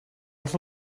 els